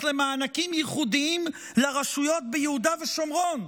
למענקים ייחודיים לרשויות ביהודה ושומרון,